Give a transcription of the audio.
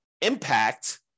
impact